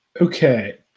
Okay